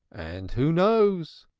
and who knows?